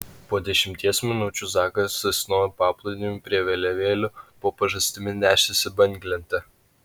po dešimties minučių zakas risnojo paplūdimiu prie vėliavėlių po pažastimi nešėsi banglentę